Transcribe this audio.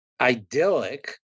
idyllic